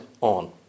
on